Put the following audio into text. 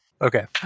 okay